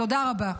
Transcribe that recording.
תודה רבה.